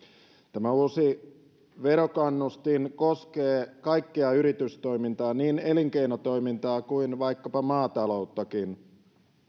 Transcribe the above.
tämä uusi verokannustin koskee kaikkea yritystoimintaa niin elinkeinotoimintaa kuin vaikkapa maatalouttakin